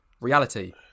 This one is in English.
Reality